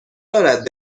دارد